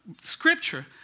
scripture